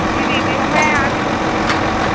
जी दीदी हाँ मैं आती हूँ दीदी छ बजे